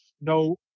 no